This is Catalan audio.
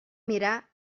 mirar